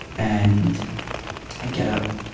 and i get up